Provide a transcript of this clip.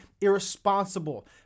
irresponsible